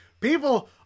People